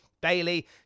Bailey